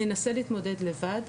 ננסה להתמודד לבד.